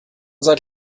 seit